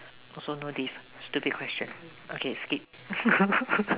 also no diff stupid question okay skip